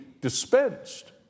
dispensed